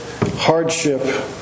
hardship